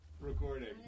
recording